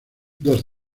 dos